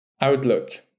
Outlook